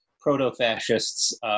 proto-fascists